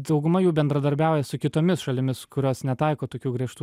dauguma jų bendradarbiauja su kitomis šalimis kurios netaiko tokių griežtų